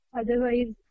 Otherwise